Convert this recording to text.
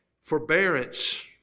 forbearance